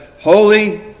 Holy